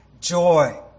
joy